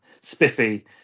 spiffy